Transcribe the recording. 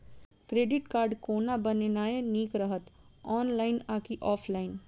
Credit card कोना बनेनाय नीक रहत? ऑनलाइन आ की ऑफलाइन?